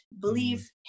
believe